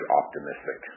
optimistic